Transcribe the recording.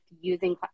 using